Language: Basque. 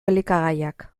elikagaiak